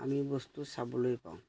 আমি বস্তু চাবলৈ পাওঁ